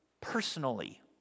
personally